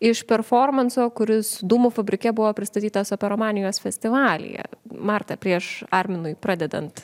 iš performanso kuris dūmų fabrike buvo pristatytas operomanijos festivalyje marta prieš arminui pradedant